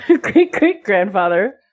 Great-great-grandfather